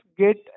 get